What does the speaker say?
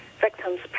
victims